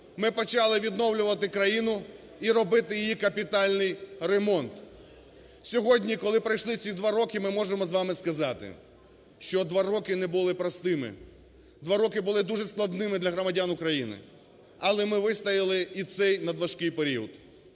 Ми почали відновлювати країну і робити їй капітальний ремонт. Сьогодні, коли пройшли ці 2 роки, ми можемо з вами сказати, що 2 роки не були простими. 2 роки були дуже складними для громадян України, але ми вистояли в цей надважкий період.